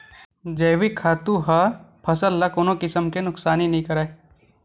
जइविक खातू ह फसल ल कोनो किसम के नुकसानी नइ करय